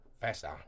Faster